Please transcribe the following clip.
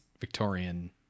Victorian